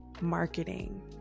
marketing